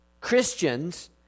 Christians